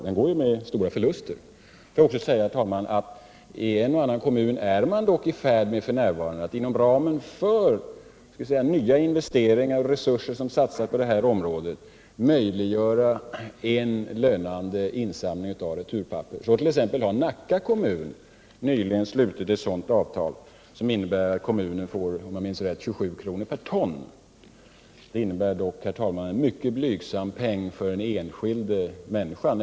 Den går med stora förluster. Jag vill också säga, herr talman, att man i en och annan kommun dock f. n. är i färd med att inom ramen för nya investeringar och resurser som satsas på det här området möjliggöra en lönande insamling av returpapper. Sålunda har t.ex. Nacka kommun nyligen slutit ett sådant avtal, som innebär att kommunen, om jag minns rätt, får 27 kr. per ton. Det är dock, herr talman, en mycket blygsam ersättning för den enskilda människan.